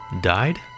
died